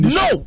no